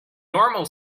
normal